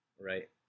Right